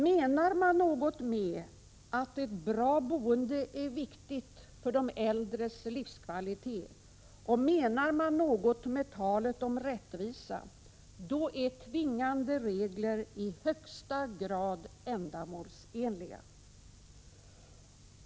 Menar man något med att ett bra boende är viktigt för de äldres livskvalitet och menar man något med talet om rättvisa — då är tvingande regler i högsta grad ändamålsenliga.